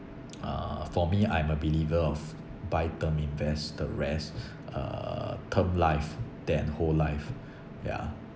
uh for me I'm a believer of buy term invest the rest uh term life than whole life ya